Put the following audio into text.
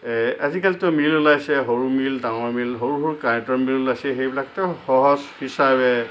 আজিকালিতো মিল ওলাইছে সৰু মিল ডাঙৰ মিল সৰু সৰু কাৰেণ্টৰ মিল ওলাইছে সেইবিলাকতে সহজ হিচাপে